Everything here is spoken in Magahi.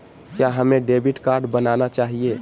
क्या हमें डेबिट कार्ड बनाना चाहिए?